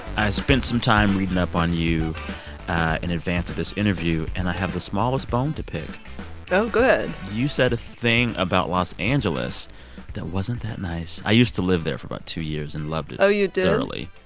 i spent some time reading up on you in advance of this interview. and i have the smallest bone to pick oh, good you said a thing about los angeles that wasn't that nice. i used to live there for about two years and loved it. oh, you did. thoroughly.